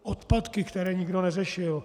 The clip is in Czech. Odpadky, které nikdo neřešil.